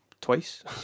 twice